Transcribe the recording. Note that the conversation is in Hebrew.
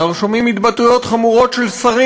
אנחנו שומעים התבטאויות חמורות של שרים